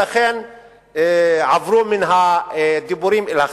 ולכן עברו מן הדיבורים אל הכתב.